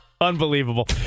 Unbelievable